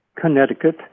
Connecticut